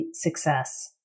success